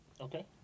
Okay